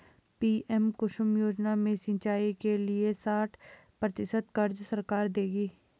PM Kusum योजना में सिंचाई के लिए साठ प्रतिशत क़र्ज़ सरकार देगी